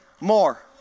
more